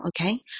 okay